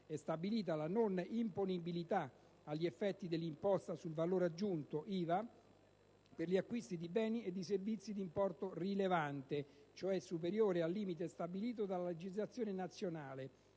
È stabilita la non imponibilità agli effetti dell'imposta sul valore aggiunto (IVA) per gli acquisti di beni e di servizi di importo «rilevante», cioè superiore al limite stabilito dalla legislazione nazionale